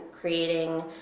creating